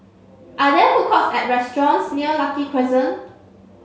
are there food courts or restaurants near Lucky Crescent